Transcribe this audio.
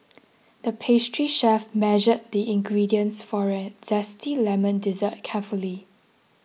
the pastry chef measured the ingredients for a Zesty Lemon Dessert carefully